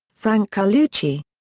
frank carlucci.